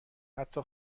حتی